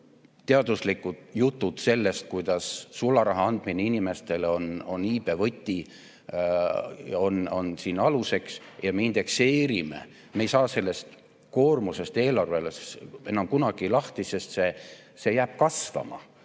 pseudoteaduslikud jutud sellest, kuidas sularaha andmine inimestele on iibe võti, on siin aluseks. Ja me indekseerime, me ei saa sellest koormusest eelarvele enam kunagi lahti, sest see jääb kasvama.